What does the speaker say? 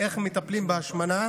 איך מטפלים בהשמנה